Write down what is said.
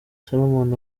salomon